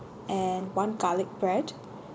and one garlic bread